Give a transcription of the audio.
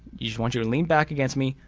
you just want you to lean back against me,